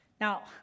Now